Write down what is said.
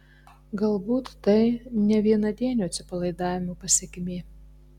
galbūt tai ne vienadienio atsipalaidavimo pasekmė